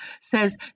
says